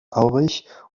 aurich